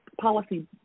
policy